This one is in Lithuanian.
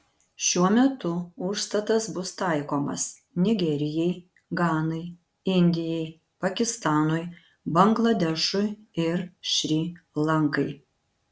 šiuo metu užstatas bus taikomas nigerijai ganai indijai pakistanui bangladešui ir šri lankai